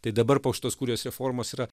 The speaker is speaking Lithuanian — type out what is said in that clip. tai dabar po šitos kurijos reformos yra